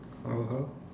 how how